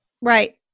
Right